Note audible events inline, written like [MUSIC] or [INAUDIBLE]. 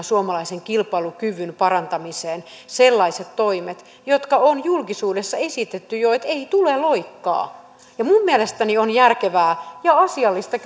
[UNINTELLIGIBLE] suomalaisen kilpailukyvyn parantamiseen ainoana vaihtoehtona sellaiset toimet jotka on julkisuudessa esitetty jo ei tule loikkaa minun mielestäni on järkevää ja asiallista [UNINTELLIGIBLE]